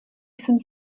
jsem